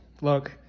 look